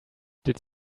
did